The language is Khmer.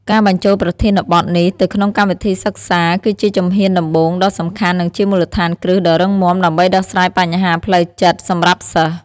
ការបញ្ចូលប្រធានបទនេះទៅក្នុងកម្មវិធីសិក្សាគឺជាជំហានដំបូងដ៏សំខាន់និងជាមូលដ្ឋានគ្រឹះដ៏រឹងមាំដើម្បីដោះស្រាយបញ្ហាផ្លូវចិត្តសម្រាប់សិស្ស។